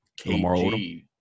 KG